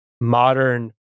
modern